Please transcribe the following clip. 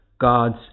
God's